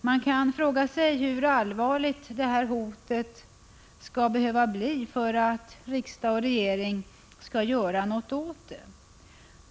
Man kan fråga sig hur allvarligt detta hot skall behöva bli för att riksdag och regering skall göra någonting åt det.